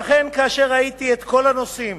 ואכן, כאשר ראיתי את כל הנושאים